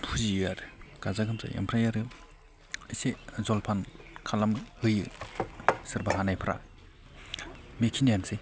फुजियो आरो गाजा गोमजायै ओमफ्राय आरो एसे जलपान खालामहोयो सोरबा हानायफ्रा बेखिनियानोसै